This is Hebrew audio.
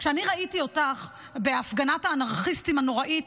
כשאני ראיתי אותך בהפגנת האנרכיסטים הנוראית,